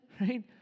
Right